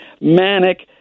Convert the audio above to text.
manic